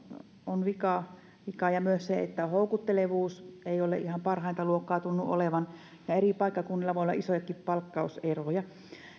on vikaa vikaa ja myös siinä että houkuttelevuus ei tunnu olevan ihan parhainta luokkaa eri paikkakunnilla voi olla isojakin palkkauseroja